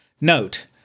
Note